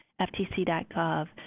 ftc.gov